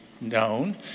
known